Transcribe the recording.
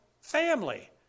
family